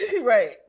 Right